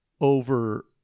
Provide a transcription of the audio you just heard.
over